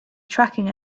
tracking